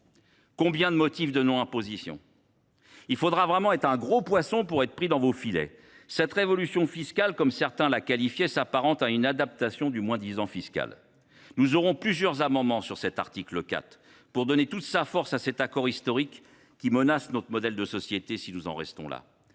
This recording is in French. ou de motifs de non imposition ? Il faudra vraiment être un gros poisson pour être pris dans vos filets. Cette « révolution fiscale », comme certains la qualifiaient, s’apparente à une adaptation du moins disant fiscal. Nous défendrons plusieurs amendements sur l’article 4 qui viseront à donner toute sa force à cet accord historique, car si nous en restons là,